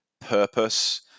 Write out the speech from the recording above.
purpose